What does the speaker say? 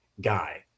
guy